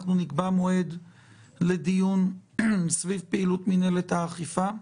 אנחנו נקבע מועד לדיון סביב פעילות מינהלת האכיפה.